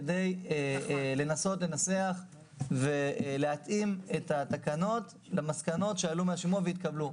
כדי לנסות לנסח ולהתאים את התקנות למסקנות שעלו מהשימוע והתקבלו.